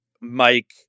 Mike